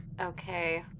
Okay